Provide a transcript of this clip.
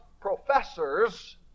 professors